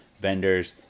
vendors